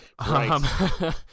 Right